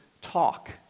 talk